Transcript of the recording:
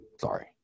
Sorry